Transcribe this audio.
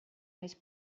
més